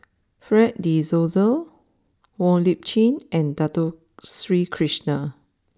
Fred De Souza Wong Lip Chin and Dato Sri Krishna